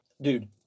Dude